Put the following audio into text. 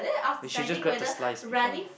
you should have just grab a slice before you